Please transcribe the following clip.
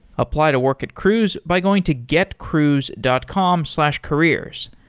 apply to work at cruise by going to getcruise dot com slash careers.